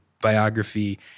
biography